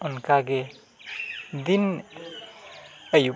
ᱚᱱᱠᱟᱜᱮ ᱫᱤᱱ ᱟᱹᱭᱩᱵ